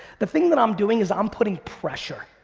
the thing that i'm doing is i'm putting pressure.